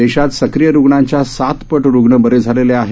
देशात सक्रिय रुग्णांच्या सातपट रुग्ण बरे झालेले आहेत